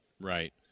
right